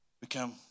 become